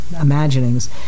imaginings